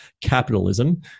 capitalism